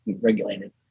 regulated